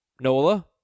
Nola